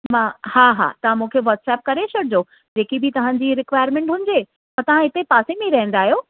मां हा हा तव्हां मूंखे वॉट्सेप करे छॾिजो जेकी बि तव्हांजी रिक्वायरमेंट हुंजे त तव्हां हिते पासे में ई रहंदा आहियो